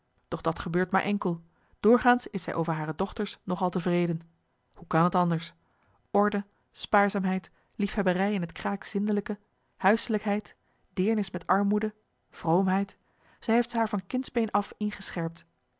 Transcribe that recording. doch dat gebeurt maar enkel doorgaans is zij over hare dochters nog al tevreden hoe kan het anders orde spaarzaamheid liefhebberij in het kraak zindelijke huiselijkheid deernis met armoede vroomheid zij heeft ze haar van kindsbeen af ingescherpt